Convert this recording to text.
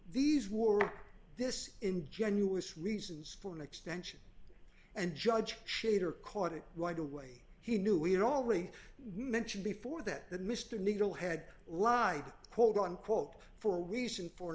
these were this ingenuous reasons for an extension and judge shader caught it right away he knew we had already mentioned before that the mr needle had lied quote unquote for a reason for an